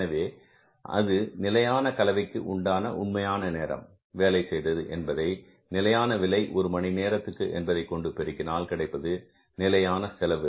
எனவே அது நிலையான கலவைக்கு உண்டான உண்மையான நேரம் வேலை செய்தது என்பதை நிலையான விலை ஒரு மணி நேரத்திற்கு என்பதைக் கொண்டு பெருக்கினால் கிடைப்பது நிலையான செலவு